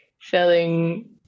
selling